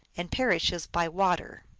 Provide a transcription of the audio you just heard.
and perishes by water.